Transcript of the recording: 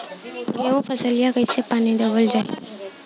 गेहूँक फसलिया कईसे पानी देवल जाई?